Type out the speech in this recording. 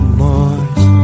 boys